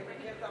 אני מכיר את,